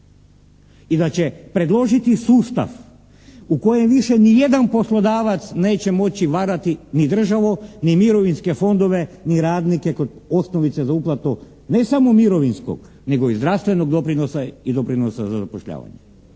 i da će predložiti sustav u kojem više nijedan poslodavac neće moći varati ni državu ni mirovinske fondove ni radnike kod osnovice za uplatu, ne samo mirovinskog nego i zdravstvenog doprinosa i doprinosa za zapošljavanje.